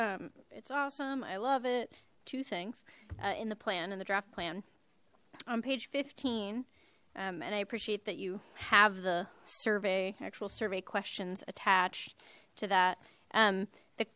so it's awesome i love it two things in the plan and the draft plan on page fifteen and i appreciate that you have the survey actual survey questions attached to that um the